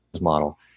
model